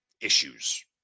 issues